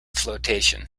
flotation